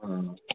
ਹਾਂ